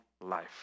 life